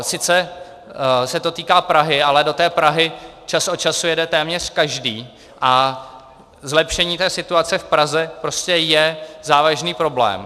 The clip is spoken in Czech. Sice se to týká Prahy, ale do té Prahy čas od času jede téměř každý a zlepšení té situace v Praze je závažný problém.